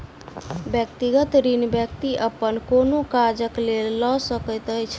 व्यक्तिगत ऋण व्यक्ति अपन कोनो काजक लेल लऽ सकैत अछि